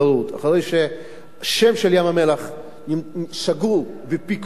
אחרי שהשם של ים-המלח שגור בפי כולם,